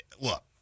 look